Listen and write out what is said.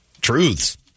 truths